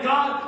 God